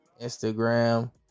Instagram